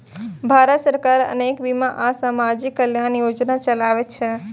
भारत सरकार अनेक बीमा आ सामाजिक कल्याण योजना चलाबै छै